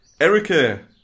Erica